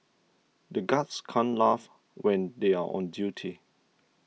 the guards can't laugh when they are on duty